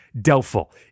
Doubtful